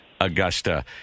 Augusta